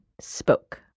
spoke